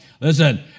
Listen